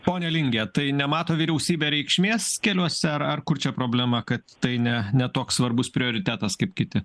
pone linge tai nemato vyriausybė reikšmės keliuose ar ar kur čia problema kad tai ne ne toks svarbus prioritetas kaip kiti